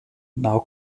now